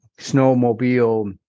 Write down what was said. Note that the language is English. snowmobile